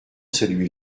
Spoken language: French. celui